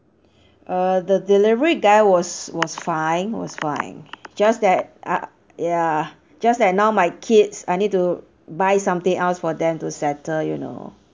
uh the delivery guy was was fine was fine just that ah ya just that now my kids I need to buy something else for them to settle you know